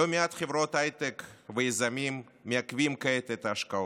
לא מעט חברות הייטק ויזמים מעכבים כעת את ההשקעות.